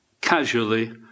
casually